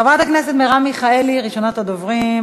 חברת הכנסת מרב מיכאלי, ראשונת הדוברים.